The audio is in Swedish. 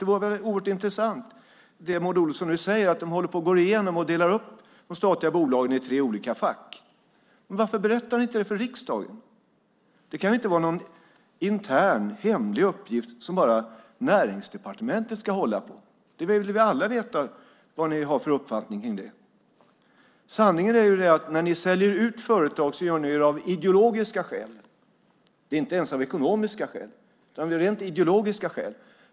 Det som Maud Olofsson nu säger om att man håller på att gå igenom detta och delar upp de statliga bolagen i tre olika fack är oerhört intressant. Men varför berättar ni inte det för riksdagen? Det kan väl inte vara någon intern hemlig uppgift som bara Näringsdepartementet ska hålla på? Vi vill alla veta vad ni har för uppfattning om detta. Sanningen är att när ni säljer ut företag gör ni det av ideologiska skäl, inte ens av ekonomiska skäl utan av rent ideologiska skäl.